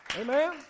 Amen